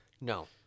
No